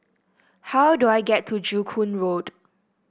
how do I get to Joo Koon Road